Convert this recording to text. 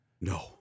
No